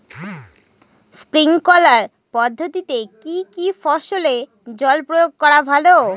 Sprinkler পদ্ধতিতে কি কী ফসলে জল প্রয়োগ করা ভালো?